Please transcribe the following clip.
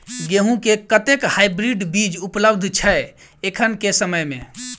गेंहूँ केँ कतेक हाइब्रिड बीज उपलब्ध छै एखन केँ समय मे?